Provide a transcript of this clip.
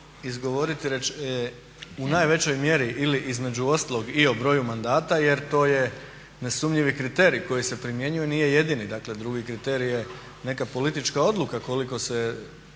izgovoriti u najvećoj mjeri ili između ostalog i o broju mandata jer to je nesumnjivi kriterij koji se primjenjuje. Nije jedini, dakle drugi kriterij je neka politička odluka koliko se